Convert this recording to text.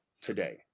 today